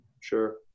Sure